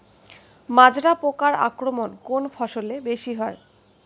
মাজরা পোকার আক্রমণ কোন ফসলে বেশি হয়?